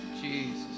Jesus